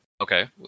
Okay